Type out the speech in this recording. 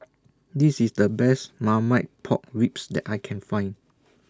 This IS The Best Marmite Pork Ribs that I Can Find